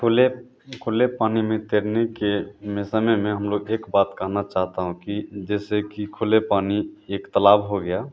खुले खुले पानी में तैरने के में समय में हम लोग एक बात कहना चाहता हूँ कि जैसे कि खुले पानी एक तलाब हो गया